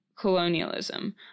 colonialism